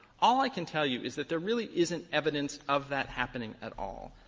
all i can tell you is that there really isn't evidence of that happening at all.